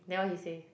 then what he say